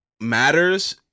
matters